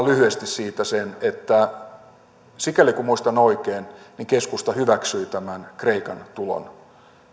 lyhyesti sen että sikäli kuin muistan oikein keskusta hyväksyi kreikan tulon